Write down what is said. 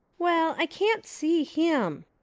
well, i can't see him,